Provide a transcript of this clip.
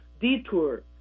detour